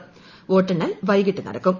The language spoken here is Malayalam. ദ്വോട്ടെണ്ണൽ വൈകിട്ട് നടക്കും